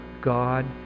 God